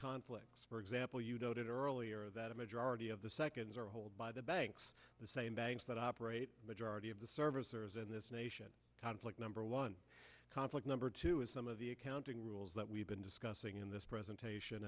conflicts for example you noted earlier that a majority of the seconds or hold by the banks the same banks that operate the majority of the servicers in this nation conflict number one conflict number two is some of the accounting rules that we've been discussing in this presentation